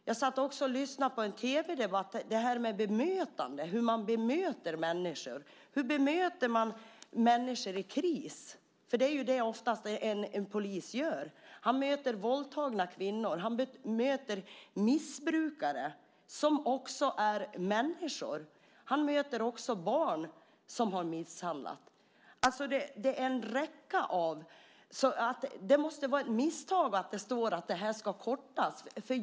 Jag lyssnade på en tv-debatt om bemötande, om hur man bemöter människor. Hur bemöter man människor i kris, för det är vad en polis oftast gör? Han möter våldtagna kvinnor, han möter missbrukare, som också är människor, och han möter barn som misshandlats. Det handlar om en räcka olika människor. Det måste alltså vara ett misstag att det sägs att utbildningen ska kortas.